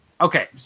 okay